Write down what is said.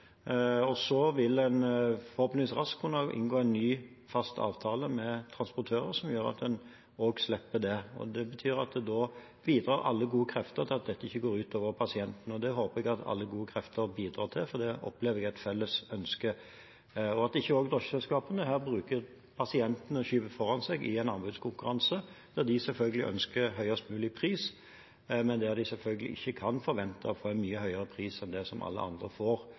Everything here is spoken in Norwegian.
Så vil en forhåpentligvis raskt kunne inngå en ny fast avtale med transportører som gjør at en slipper det. Det betyr at da bidrar alle gode krefter til at dette ikke går ut over pasientene. Det håper jeg alle gode krefter bidrar til, for det opplever jeg er et felles ønske. Jeg håper ikke drosjeselskapene her skyver pasientene foran seg i en anbudskonkurranse der de selvfølgelig ønsker høyest mulig pris, men der de selvfølgelig ikke kan forvente å få en mye høyere pris enn det alle andre får